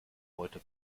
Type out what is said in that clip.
heute